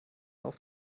auf